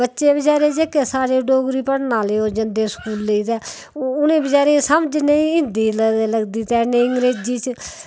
बच्चे बचैरे जेह्के साढ़े डोगरी पढ़ने आह्ले ओह् जंदे स्कूलें तां उ'नें बचैरें समझ नेईं हिन्दी लगदी ते नेईं अंग्रेजी च